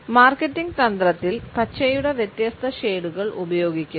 marketing തന്ത്രത്തിൽ പച്ചയുടെ വ്യത്യസ്ത ഷേഡുകൾ ഉപയോഗിക്കുന്നു